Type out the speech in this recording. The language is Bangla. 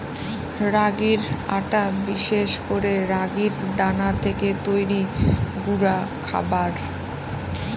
রাগির আটা বিশেষ করে রাগির দানা থেকে তৈরি গুঁডা খাবার